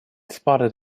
spotted